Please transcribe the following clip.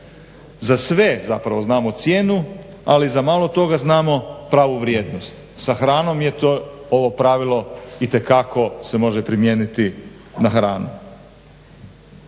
za sve zapravo znamo cijenu ali za malo toga znamo pravu vrijednost. Sa hranom je ovo pravilo itekako se može primijeniti na hranu.